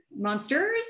Monsters